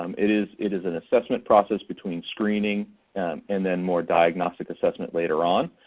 um it is it is an assessment process between screening and then more diagnostic assessment later on.